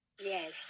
Yes